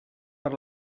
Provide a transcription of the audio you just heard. per